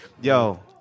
Yo